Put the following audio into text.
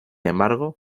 embargo